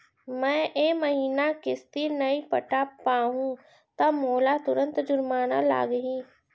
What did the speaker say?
मैं ए महीना किस्ती नई पटा पाहू त का मोला तुरंत जुर्माना लागही?